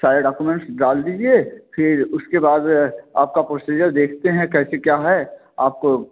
सारे डॉक्यूमेंट्स में डाल दीजिए फिर उसके बाद आपका प्रोसीजर देखते हैं कैसे क्या है